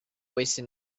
wasted